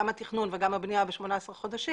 גם את התכנון וגם הבנייה ב-18 חודשים.